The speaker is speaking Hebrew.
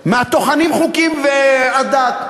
עזוב,